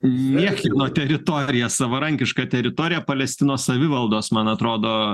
niekieno teritorija savarankiška teritorija palestinos savivaldos man atrodo